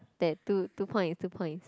that two two points two points